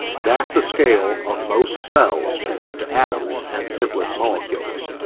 that's the scale of most cells compared to atoms and simplest molecules.